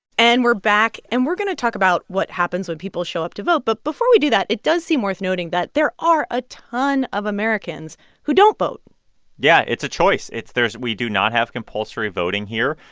and we're back, and we're going to talk about what happens when people show up to vote. but before we do that, it does seem worth noting that there are a ton of americans who don't vote yeah. it's a choice. it's there's we do not have compulsory voting here.